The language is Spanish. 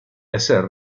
hacer